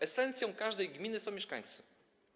Esencją każdej gminy są mieszkańcy.